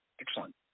Excellent